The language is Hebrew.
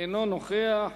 אינו נוכח.